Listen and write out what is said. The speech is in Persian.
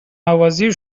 نوازی